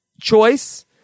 choice